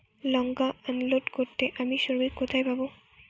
লঙ্কা unload করতে আমি শ্রমিক কোথায় পাবো?